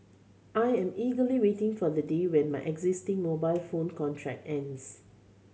I am eagerly waiting for the day when my existing mobile phone contract ends